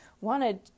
wanted